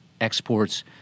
exports